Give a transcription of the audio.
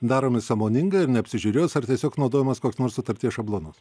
daromi sąmoningai ir neapsižiūrėjus ar tiesiog naudojamas koks nors sutarties šablonas